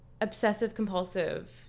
obsessive-compulsive